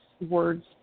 words